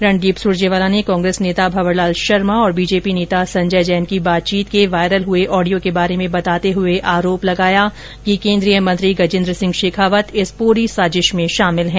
रणदीप सुरजेवाला ने कांग्रेस नेता भवरलाल शर्मा और बीजेपी नेता संजय जैन की बातचीत के वायरल हुए ऑडियो के बारे में बताते हुए आरोप लगाया कि केंद्रीय मंत्री गजेंद्र सिंह शेखावत इस पूरी सांजिश में शामिल हैं